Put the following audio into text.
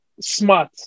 smart